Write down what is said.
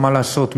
מה לעשות,